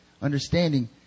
Understanding